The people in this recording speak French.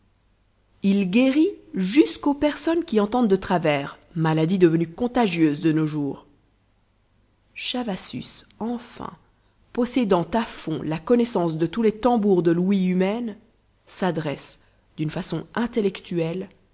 il guérit jusqu'aux personnes qui entendent de travers maladie devenue contagieuse de nos jours chavassus enfin possédant à fond la connaissance de tous les tambours de l'ouïe humaine s'adresse d'une façon intellectuelle